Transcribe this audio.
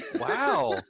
wow